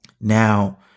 Now